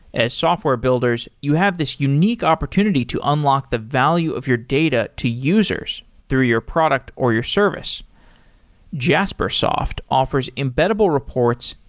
as software builders, you have this unique opportunity to unlock the value of your data to users through your product, or your service jaspersoft offers embeddable reports,